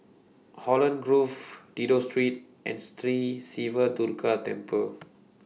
Holland Grove Dido Street and Sri Siva Durga Temple